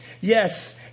Yes